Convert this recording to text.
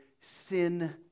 sin